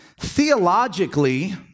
theologically